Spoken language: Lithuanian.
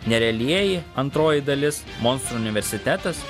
nerealieji antroji dalis monstrų universitetas